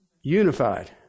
Unified